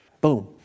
Boom